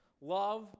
Love